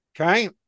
Okay